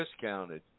discounted